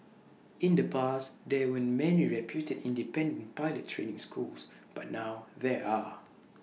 in the past there weren't many reputed independent pilot training schools but now there are